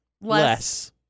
Less